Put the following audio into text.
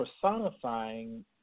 personifying